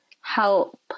Help